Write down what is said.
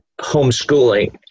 homeschooling